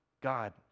God